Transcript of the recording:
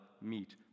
meet